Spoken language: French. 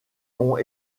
ont